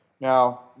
Now